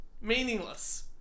Meaningless